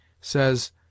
says